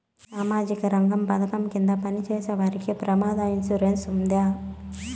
సామాజిక రంగ పథకం కింద పని చేసేవారికి ప్రమాద ఇన్సూరెన్సు ఉందా?